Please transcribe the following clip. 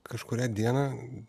kažkurią dieną